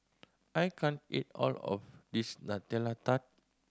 I can't eat all of this Nutella Tart